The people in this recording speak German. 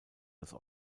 als